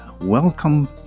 welcome